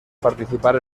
participar